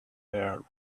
air